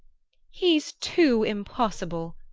he's too impossible!